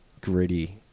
gritty